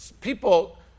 people